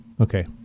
okay